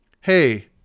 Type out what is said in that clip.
hey